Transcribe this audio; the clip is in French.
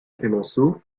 clemenceau